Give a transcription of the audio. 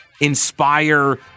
inspire